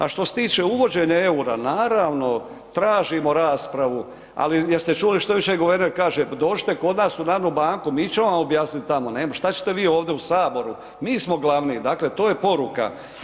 A štose tiče uvođenja eura, naravno tražimo raspravu ali jeste čuli što jučer guverner kaže, dođite kod nas u Narodnu banku, mi ćemo vam objasnit tamo, šta ćete vid ovdje u Saboru, mi smo glavni, dakle to je poruka.